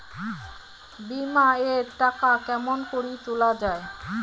বিমা এর টাকা কেমন করি তুলা য়ায়?